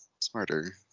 smarter